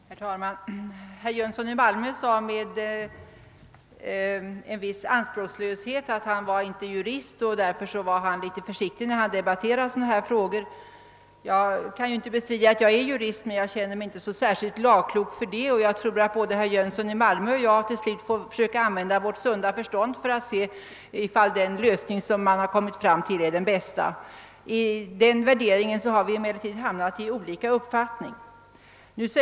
Herr talman! Herr Jönsson i Malmö sade med avväpnande anspråkslöshet att han inte var jurist och därför litet försiktig när han debatterade sådana här frågor. Jag kan inte bestrida att jag är jurist, men jag känner mig inte särskilt Jlagklok för det. Jag tror att både herr Jönsson i Malmö och jag till slut får försöka använda vårt: sunda förstånd för att se om den lösning man kommit fram till också är den bästa. 'I den 'värderingen här vi emellertid råkat ha olika uppfattningar.